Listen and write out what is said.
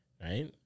right